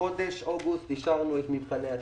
בחודש אוגוסט אישרנו את מבחני התמיכה.